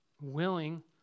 willing